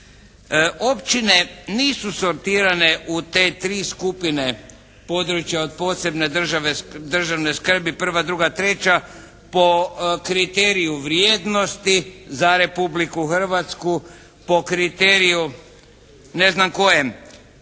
Općine nisu sortirane u te tri skupine područja od posebne državne skrbi prva, druga, treća po kriteriju vrijednosti za Republiku Hrvatsku, po kriteriju ne znam kojem,